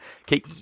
Okay